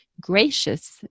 gracious